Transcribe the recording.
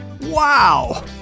Wow